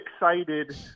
excited